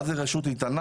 מה זה רשות איתנה,